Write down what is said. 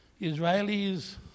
Israelis